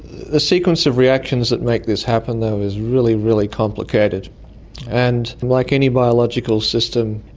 the sequence of reactions that make this happen though is really, really complicated and, like any biological system,